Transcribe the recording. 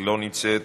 לא נמצאת,